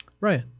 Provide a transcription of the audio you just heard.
Right